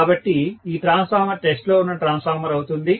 కాబట్టి ఈ transformer test లో వున్న ట్రాన్స్ఫార్మర్ అవుతుంది